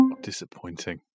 Disappointing